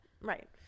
Right